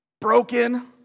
broken